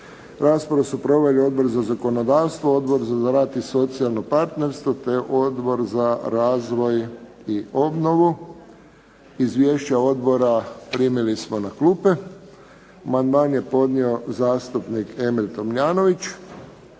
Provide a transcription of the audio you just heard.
Raspravu su proveli: Odbor za zakonodavstvo, Odbor za rad i socijalno partnerstvo, te Odbor za razvoj i obnovu. Izvješća odbora primili smo na klupe. Amandman je podnio zastupnik Emil Tomljanović.